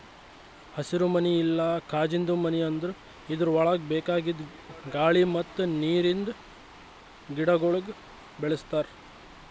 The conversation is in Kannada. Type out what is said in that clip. ಹಸಿರುಮನಿ ಇಲ್ಲಾ ಕಾಜಿಂದು ಮನಿ ಅಂದುರ್ ಇದುರ್ ಒಳಗ್ ಬೇಕಾಗಿದ್ ಗಾಳಿ ಮತ್ತ್ ನೀರಿಂದ ಗಿಡಗೊಳಿಗ್ ಬೆಳಿಸ್ತಾರ್